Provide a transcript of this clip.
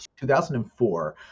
2004